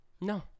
no